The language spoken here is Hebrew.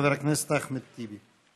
חבר הכנסת אחמד טיבי.